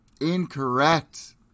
Incorrect